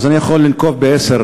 אז אני יכול לנקוב בעשר,